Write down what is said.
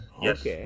Yes